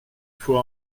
faut